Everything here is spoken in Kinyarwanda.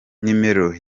numero